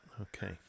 okay